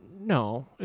no